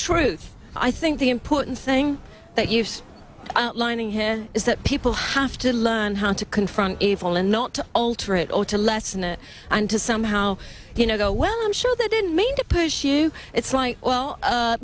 truth i think the important thing that you lining here is that people have to learn how to confront evil and not to alter it all to lessen the and to somehow you know go well i'm sure they didn't mean to push you it's like well